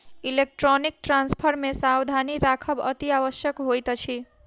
electronic transfer मे सावधानी राखब अतिआवश्यक होइत अछि